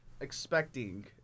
expecting